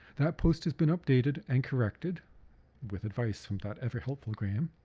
that post has been updated and corrected with advice from that ever helpful graham.